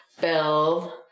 build